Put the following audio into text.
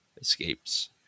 escapes